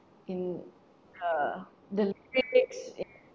in her the next